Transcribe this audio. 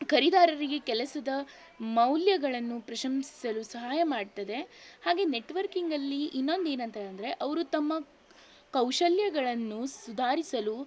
ಖರಿದಾರರಿಗೆ ಕೆಲಸದ ಮೌಲ್ಯಗಳನ್ನು ಪ್ರಶಂಸಿಸಲು ಸಹಾಯ ಮಾಡ್ತದೆ ಹಾಗೇ ನೆಟ್ವರ್ಕಿಂಗಲ್ಲಿ ಇನ್ನೊಂದೇನಂತ ಅಂದರೆ ಅವರು ತಮ್ಮ ಕೌಶಲ್ಯಗಳನ್ನು ಸುಧಾರಿಸಲು